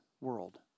world